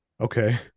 okay